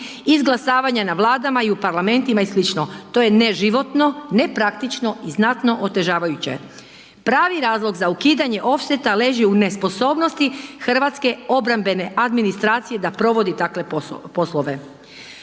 izglasavanja na vladama i u parlamentima i sl. To je neživotno, nepraktično i znatno otežavajuće. Pravi razlog za ukidanje offseta leži u nesposobnosti hrvatske obrambene administracije da provodi takve poslove.